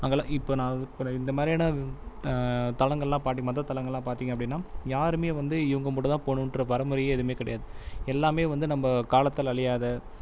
அங்கேல்லா இப்போ நான் இந்தமாதிரியான தலங்கள்லாம் பார்தி மத தலங்கள்லாம் பார்த்தீங்க அப்படின்னா யாருமே வந்து இவங்க மட்டும்தான் போனுன்ற வரைமுறையே எதுவுமே கிடையாது எல்லாமே வந்து நம்ம் காலத்தில் அழியாத